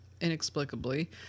inexplicably